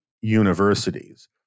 universities